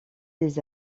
des